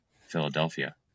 Philadelphia